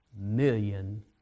million